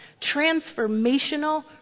transformational